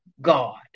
God